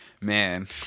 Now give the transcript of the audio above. man